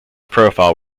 profile